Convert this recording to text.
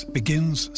begins